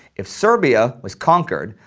if serbia was conquered,